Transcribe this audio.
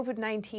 COVID-19